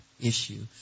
issue